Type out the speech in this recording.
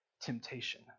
temptation